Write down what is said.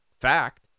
fact